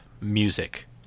music